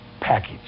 package